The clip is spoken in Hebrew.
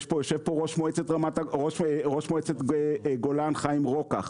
יושב פה ראש מועצת גולן חיים רוקח.